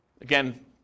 Again